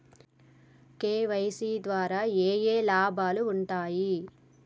KYC ద్వారా ఏఏ లాభాలు ఉంటాయి?